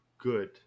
good